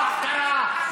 לא החכרה,